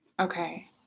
Okay